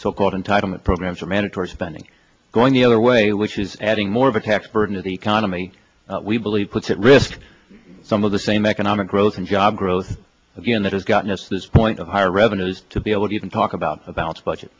so called entitlement programs or mandatory spending going the other way which is adding more of a tax burden to the economy we believe puts at risk some of the same economic growth and job growth again that has gotten us this point of higher revenues to be able to even talk about a balanced budget